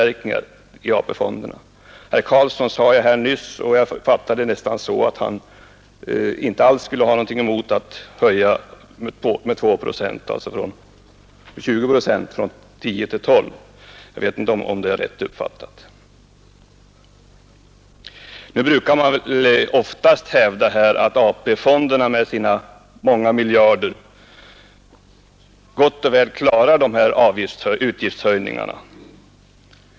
Herr Carlsson i Vikmanshyttan sade här nyss något om höjning av avgifterna, och jag fattade det nästan så att han inte alls skulle ha någonting emot att höja avgifterna från 10 till 12 procent — jag vet inte om det är rätt uppfattat. Man brukar oftast hävda att AP-fonderna med sina många miljarder gott och väl klarar de här utgiftshöjningarna.